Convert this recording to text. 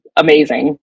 amazing